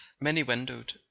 many-windowed